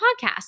podcast